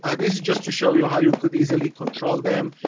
ah this is just to show you how you could easily control them.